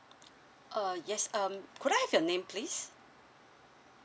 uh yes um could I have your name please